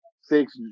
six